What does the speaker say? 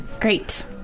Great